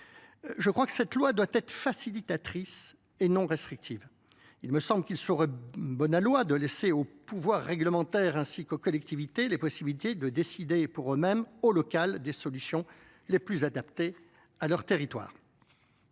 Je crois que cette doit être facilitatrice et non restrictive, il me semble qu'il serait bon aloi de laisser au pouvoir réglementaire ainsi qu'aux collectivités les possibilités de décider, pour eux mêmes, au eux mêmes, au local, des solutions les plus adaptées à leur territoire.